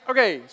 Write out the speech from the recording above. Okay